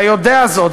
אתה יודע זאת.